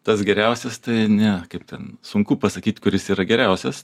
tas geriausias tai ne kaip ten sunku pasakyt kuris yra geriausias